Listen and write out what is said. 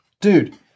dude